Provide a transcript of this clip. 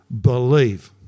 believe